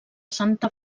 santa